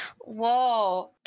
Whoa